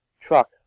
truck